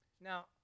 Now